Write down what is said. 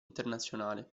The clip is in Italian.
internazionale